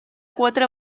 quatre